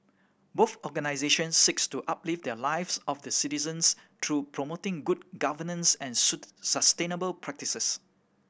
both organisations seek to uplift the lives of their citizens through promoting good governance and suit sustainable practices